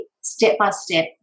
step-by-step